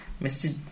Mr